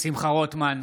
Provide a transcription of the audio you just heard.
שמחה רוטמן,